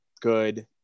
Good